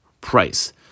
price